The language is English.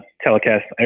telecast